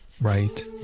right